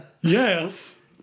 Yes